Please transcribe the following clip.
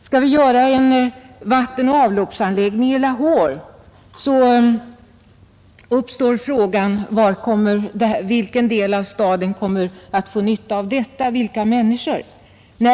Skall vi utföra en vattenoch avloppsanläggning i Lahore, uppstår frågan vilken del av staden som kommer att få nytta därav, vilka människor nås.